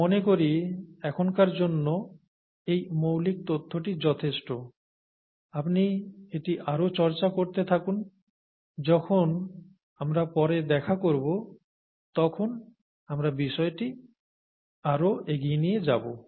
আমি মনে করি এখনকার জন্য এই মৌলিক তথ্যটি যথেষ্ট আপনি এটি আরও চর্চা করতে থাকুন যখন আমরা পরে দেখা করব তখন আমরা বিষয়টি আরও এগিয়ে নিয়ে যাব